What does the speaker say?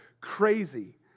crazy